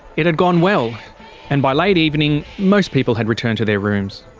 it had gone well and by late evening, most people had returned to their rooms.